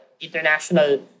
international